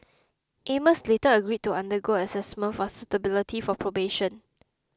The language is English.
Amos later agreed to undergo assessment for suitability for probation